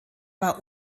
war